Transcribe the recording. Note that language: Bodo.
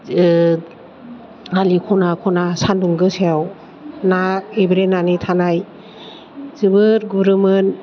आलि ख'ना ख'ना सानदुं गोसायाव ना एब्रेनानै थानाय जोबोर गुरोमोन